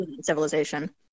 civilization